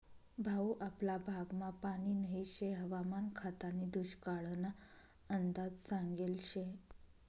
भाऊ आपला भागमा पानी नही शे हवामान खातानी दुष्काळना अंदाज सांगेल शे